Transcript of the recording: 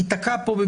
ייתקע פה,